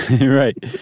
Right